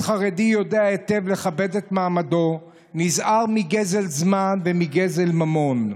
עובד חרדי יודע היטב לכבד את מעמדו ונזהר מגזל זמן ומגזל ממון.